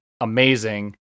amazing